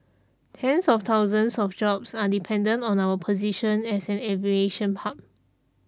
tens of thousands of jobs are dependent on our position as an aviation hub